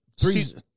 three